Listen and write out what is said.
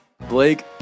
Blake